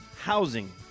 housing